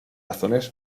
razones